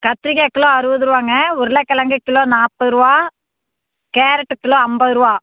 கத்திரிக்காய் கிலோ அறுபது ரூபாங்க உருளைக் கிழங்கு கிலோ நாற்பது ரூபா கேரட்டு கிலோ ஐம்பது ரூபா